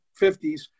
50s